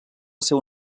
seu